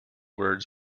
words